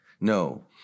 No